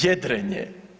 Jedrenje?